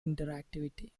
interactivity